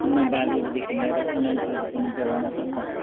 अन्नाबालीहरूदेखि लिएर अलैँचीहरू पनि जोगाउन सक्छौँ